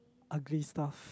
ugly stuff